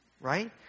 right